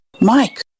Mike